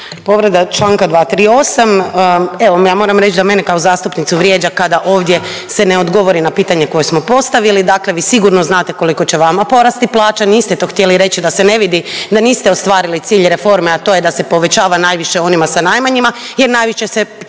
Povreda čl. 238. Evo, ja moram reći da mene kao zastupnicu vrijeđa kada ovdje se ne odgovori na pitanje koje smo postavili. Dakle, vi sigurno znate koliko će vama porasti plaća, niste to htjeli reći da se ne vidi da niste ostvarili cilj reforme, a to je da se povećava najviše onima sa najmanjima jer najviše se,